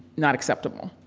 not acceptable.